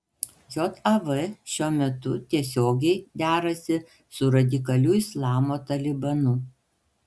jav šiuo metu tiesiogiai derasi su radikaliu islamo talibanu